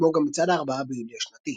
כמו גם מצעד הארבעה ביולי השנתי.